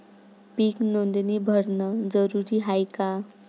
पीक नोंदनी भरनं जरूरी हाये का?